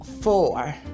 four